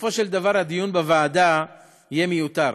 שבסופו של דבר הדיון בוועדה יהיה מיותר.